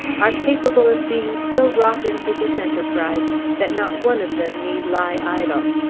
are capable of being so wrought into this enterprise that not one of them need lie idle.